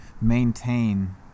maintain